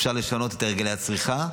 אפשר לשנות את הרגלי הצריכה.